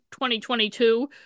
2022